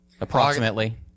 Approximately